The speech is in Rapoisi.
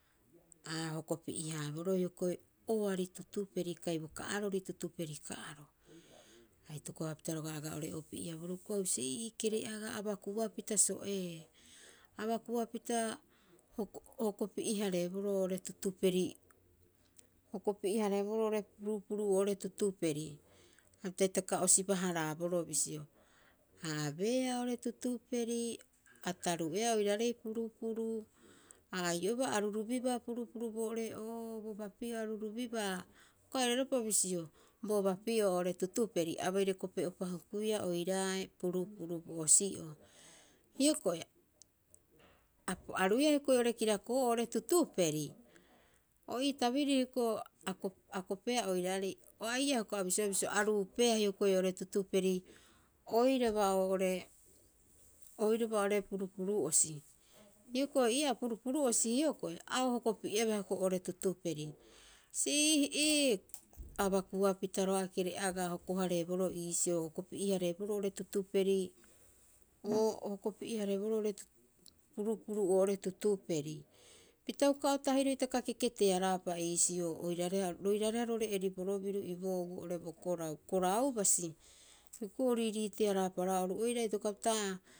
A o hokopi'ehaaboro hioko'i oari tutuperi kai bo ka'arori tutuperi ka'aro. A itokopapita aga ore'oopie- haaboroo i kere'aga abakuapita so'ee abakuapita o hokopi'ehareeboro oo'ore tutuperi o hokopi'e- hareeboro purupuru oo'ore tutuperi. Hapita hitaka o siba- haraaboro bisio. A abeea oo'ore tutuperi a taruu'eea oiraarei purupuru. A ai'oba a rurubibaa purupuru bo ore'oo'oo bo bapi'oo a rurubibaa, uka oirare'upa bisio bo bapi'oo oo'ore tutuperi a baire kope'upa hukuia oiraare purupuro bo'osi'oo. Hioko'i a ruiia hiokoi kirakoo'o oo'ore tutuperi o ii tabiriri hioko'i a kopeea oiraarei. Hioko'i a bisioea bisio, a ruupeea hioko'i tutuperi oiraba oo'ore oiraba oo'ore purupuru osi. Hioko'i ii'aa purupuru osi hioko'i ia ohokopi'e baa hiokoii oo'ore tutuperi. Siihi'ii abakua pita roga'a kere'agaa hokohareeboro iisio o hokopi'e hareeboro oo'ore tutuperi. O hokopi'e hareeboro purupuru oo'ore tutuperi. Pita uka o tahiroi keketearaapa isiio oiraareha, roiraareha roo'ore ariboro biru i boou oo'ore bokorau, korau basi. Hioko'i riiriitearaapa oru oira itokopapita a